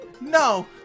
No